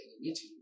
meeting